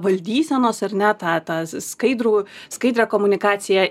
valdysenos ar ne tą tą skaidrų skaidrią komunikaciją